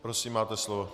Prosím, máte slovo.